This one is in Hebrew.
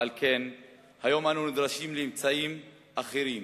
ועל כן היום אנו נדרשים לאמצעים אחרים,